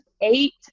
eight